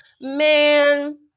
Man